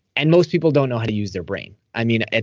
and most people don't know how to use their brain. i mean,